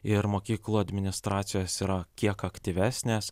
ir mokyklų administracijos yra kiek aktyvesnės